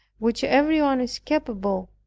which every one is capable